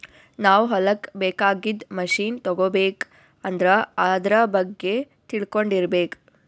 ನಾವ್ ಹೊಲಕ್ಕ್ ಬೇಕಾಗಿದ್ದ್ ಮಷಿನ್ ತಗೋಬೇಕ್ ಅಂದ್ರ ಆದ್ರ ಬಗ್ಗೆ ತಿಳ್ಕೊಂಡಿರ್ಬೇಕ್